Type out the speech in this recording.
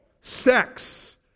sex